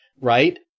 right